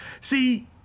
See